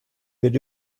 wird